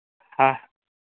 हँ